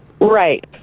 Right